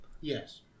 Yes